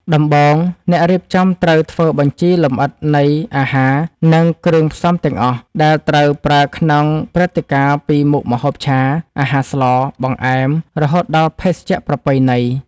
ដំបូង អ្នករៀបចំត្រូវធ្វើបញ្ជីលម្អិតនៃអាហារ និងគ្រឿងផ្សំទាំងអស់ ដែលត្រូវប្រើក្នុងព្រឹត្តិការណ៍ពីមុខម្ហូបឆា អាហារស្ល បង្អែម រហូតដល់ភេសជ្ជៈប្រពៃណី។